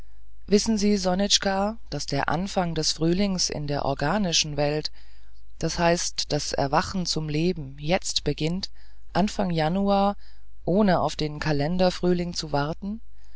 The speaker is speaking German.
wissen sie sonitschka daß der anfang des frühlings in der organischen welt d h das erwachen zum leben jetzt beginnt anfang januar ohne auf den kalenderfrühling zu warten